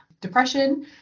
depression